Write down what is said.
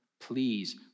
please